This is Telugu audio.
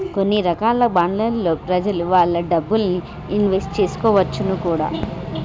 కొన్ని రకాల బాండ్లలో ప్రెజలు వాళ్ళ డబ్బుల్ని ఇన్వెస్ట్ చేసుకోవచ్చును కూడా